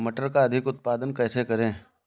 मटर का अधिक उत्पादन कैसे करें?